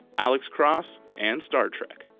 alex cross and star trek.